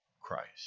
Christ